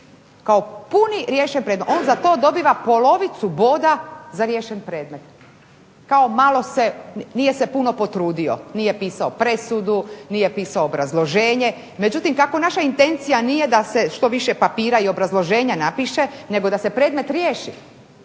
kao puni riješen predmet. On za to dobiva polovicu boda za riješen predmet, kao nije se puno potrudio. Nije pisao presudu, nije pisao obrazloženje. Međutim kako naša intencija nije da se što više papira i obrazloženja napiše nego da se predmet riješi